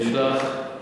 תודה.